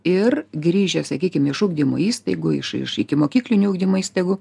ir grįžę sakykim iš ugdymo įstaigų iš iš ikimokyklinio ugdymo įstaigų